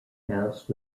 house